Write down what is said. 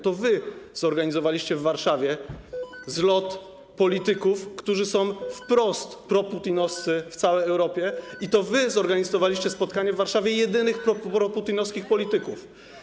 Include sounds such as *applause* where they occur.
To wy zorganizowaliście w Warszawie zlot polityków, *noise* którzy są wprost proputinowscy w całej Europie, i to wy zorganizowaliście spotkanie w Warszawie jedynych proputinowskich polityków.